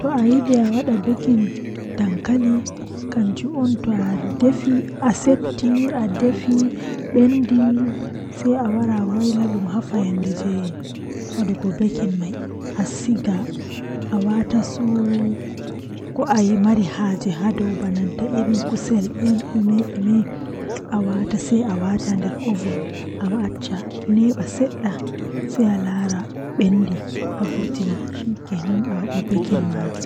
Ko ɗum ɗi woodi waawugol waɗde, kono ɗum ɗuum faamataa no waɗata hakkunde njararɗe e ɗuum waɗal ɗum. Aɗa ɗoɗi ngam sembe ɓe weltaari e maɓɓe waɗi waɗitde koɗɗinɗe waɗataa ko waɗude gonɗal neɗɗo. Konngol ɓe waɗata heɓde semmbugol waɗi kadi laaɓtoode njikkitaaɗe, kono waɗal ɓe ɗi heɓanaa njogorde ɗe waɗitde ɗum waɗaa heɓde.